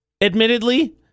admittedly